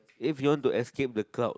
if you want to escape the clouds